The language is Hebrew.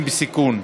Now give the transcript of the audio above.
62,